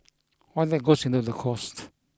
all that goes into the cost